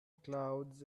clouds